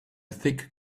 thick